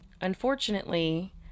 Unfortunately